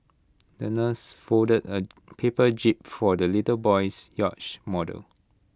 the nurse folded A paper jib for the little boy's yacht model